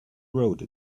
wrote